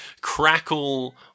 crackle